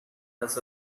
has